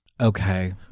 Okay